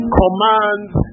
commands